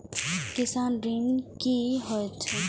किसान ऋण की होय छल?